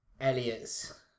Elliot's